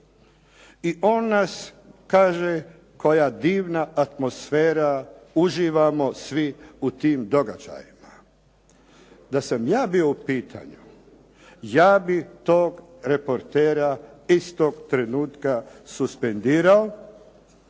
i on nas kaže "koja divna atmosfera, uživamo svi u tim događajima". Da sam ja bio u pitanju, ja bih tog reportera istog trenutka suspendirao,